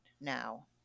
now